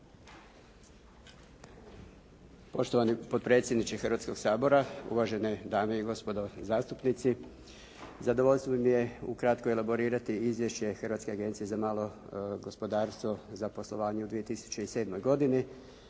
Poštovani potpredsjedniče Hrvatskoga sabora, uvažene dame i gospodo zastupnici. Zadovoljstvo mi je ukratko elaborirati izvješće Hrvatske agencije za malo gospodarstvo za poslovanje u 2007. godini.